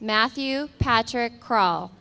matthew patrick crawl